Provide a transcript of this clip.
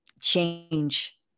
change